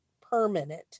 permanent